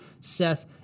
Seth